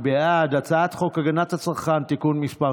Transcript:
הצעת חוק הגנת הצרכן (תיקון מס'